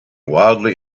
wildly